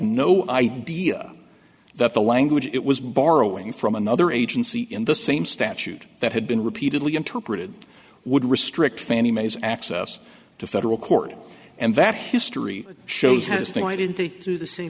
no idea that the language it was borrowing from another agency in the same statute that had been repeatedly interpreted would restrict fannie mae's access to federal court and that history shows how this thing why did they do the same